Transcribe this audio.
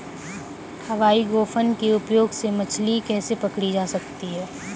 हवाई गोफन के उपयोग से मछली कैसे पकड़ी जा सकती है?